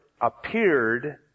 appeared